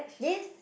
yes